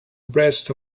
rest